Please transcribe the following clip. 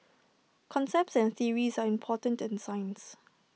concepts and theories are important in science